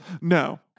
No